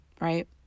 right